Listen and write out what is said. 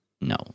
no